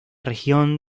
región